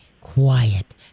quiet